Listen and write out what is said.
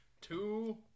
Two